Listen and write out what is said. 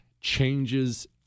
changes